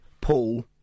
Paul